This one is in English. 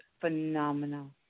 phenomenal